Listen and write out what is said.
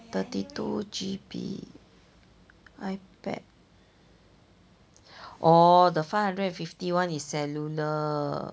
thirty two G_B ipad orh the five hundred and fifty [one] is cellular